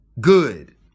good